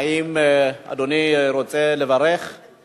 חוק לתיקון פקודת בתי-הסוהר (מס' 41),